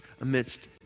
amidst